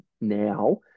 now